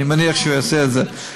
אני מניח שהוא יעשה את זה.